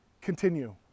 continue